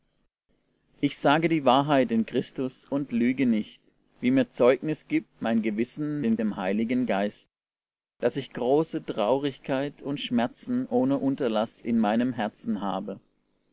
ich sage die wahrheit in christus und lüge nicht wie mir zeugnis gibt mein gewissen in dem heiligen geist daß ich große traurigkeit und schmerzen ohne unterlaß in meinem herzen habe